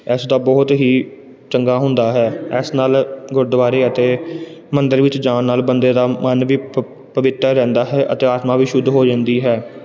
ਇਸ ਦਾ ਬਹੁਤ ਹੀ ਚੰਗਾ ਹੁੰਦਾ ਹੈ ਇਸ ਨਾਲ ਗੁਰਦੁਆਰੇ ਅਤੇ ਮੰਦਰ ਵਿੱਚ ਜਾਣ ਨਾਲ ਬੰਦੇ ਦਾ ਮਨ ਵੀ ਪ ਪਵਿੱਤਰ ਰਹਿੰਦਾ ਹੈ ਅਤੇ ਆਤਮਾ ਵੀ ਸ਼ੁੱਧ ਹੋ ਜਾਂਦੀ ਹੈ